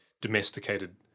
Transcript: domesticated